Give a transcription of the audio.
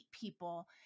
people